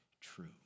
true